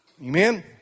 Amen